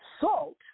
Salt